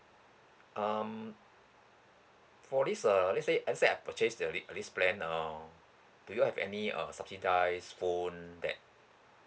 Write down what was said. um for this uh let's say let's say I purchase the this this plan uh do you all have any uh subsidise phone that